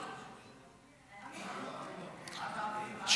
לא נתקבלה.